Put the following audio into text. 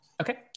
Okay